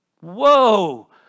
Whoa